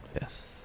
Yes